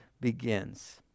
begins